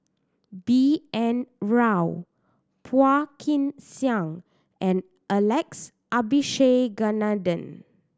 B N Rao Phua Kin Siang and Alex Abisheganaden